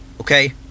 okay